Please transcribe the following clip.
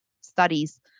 studies